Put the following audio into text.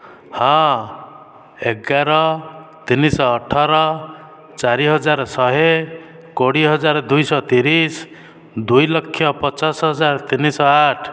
ହଁ ଏଗାର ତିନିଶହ ଅଠର ଚାରି ହଜାର ଶହେ କୋଡ଼ିଏ ହଜାର ଦୁଇଶହ ତିରିଶ ଦୁଇଲକ୍ଷ ପଚାଶ ହଜାର ତିନିଶହ ଆଠ